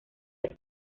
the